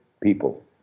people